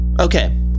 Okay